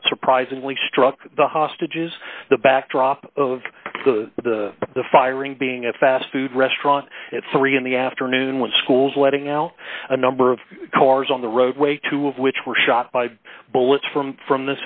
not surprisingly struck the hostages the backdrop of the the firing being a fast food restaurant at three in the afternoon when schools letting out a number of cars on the roadway two of which were shot by bullets from from